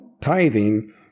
tithing